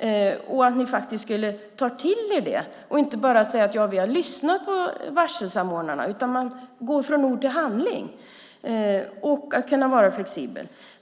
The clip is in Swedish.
Man trodde att ni sedan skulle ta till er det och inte bara sade att ni har lyssnat på varselsamordnarna utan också gick från ord till handling och var flexibla.